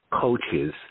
coaches